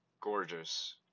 gorgeous